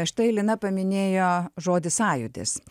štai lina paminėjo žodį sąjūdis